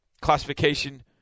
classification